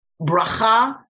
Bracha